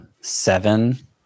seven